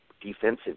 defensive